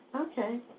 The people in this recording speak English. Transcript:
Okay